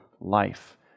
life